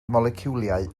moleciwlau